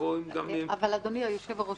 אדוני יושב-הראש,